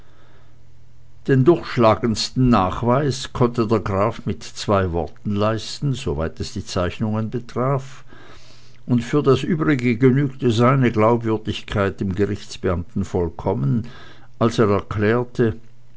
den durchschlagendsten nachweis konnte der graf mit zwei worten leisten soweit es die zeichnungen betraf und für das übrige genügte seine glaubwürdigkeit dem gerichtsbeamten vollkommen als er erklärte